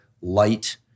light